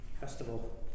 festival